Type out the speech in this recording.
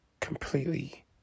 completely